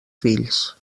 fills